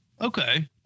Okay